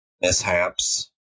mishaps